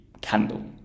candle